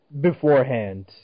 beforehand